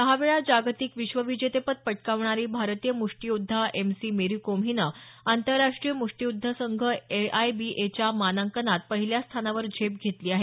सहा वेळा जागतिक विश्वविजेतेपद पटकावणारी भारतीय मुष्टीयोद्धा एम सी मेरी कोम हीनं आंतरराष्ट्रीय मुष्टीयुद्ध संघ ए आय बी एच्या मानांकनात पहिल्या स्थानावर झेप घेतली आहे